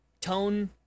Tone